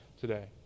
today